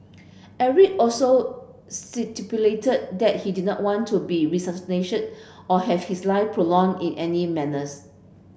Eric also stipulated that he did not want to be or have his life prolonged in any manners